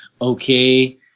okay